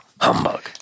Humbug